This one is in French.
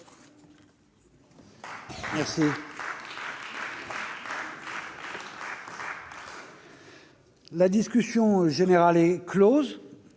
santé. La discussion générale est close.